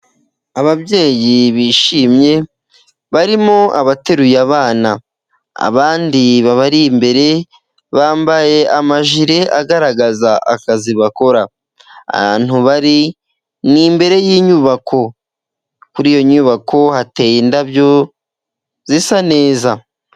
Ababyeyi bishimye barimo abateruye abana, abandi babari imbere bambaye amajile agaragaza akazi bakora, ahantu bari ni imbere y'inyubako kuri iyo nyubako hateye indabyo zisa neza.